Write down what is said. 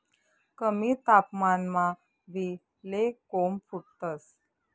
कमी तापमानमा बी ले कोम फुटतंस